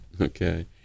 Okay